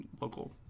local